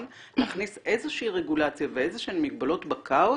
להכניס איזה שהיא רגולציה ואיזה שהן מגבלות בכאוס,